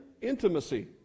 intimacy